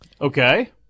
Okay